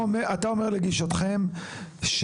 אתה אומר לגישתכם,